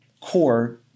core